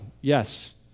yes